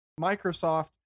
Microsoft